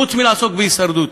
חוץ מלעסוק בהישרדות?